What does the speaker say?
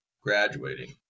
graduating